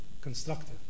constructive